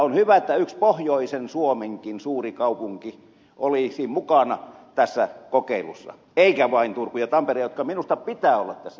olisi hyvä että yksi pohjoisen suomenkin suuri kaupunki olisi mukana tässä kokeilussa eivätkä vain turku ja tampere joiden minusta pitää olla tässä mukana